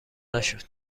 نشد